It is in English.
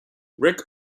ric